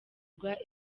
rwa